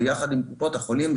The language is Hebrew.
ביחד עם קופות החולים,